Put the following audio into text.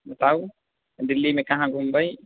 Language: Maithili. बताउ दिल्लीमे कहाँ घुमबै